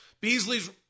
Beasley's